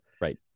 Right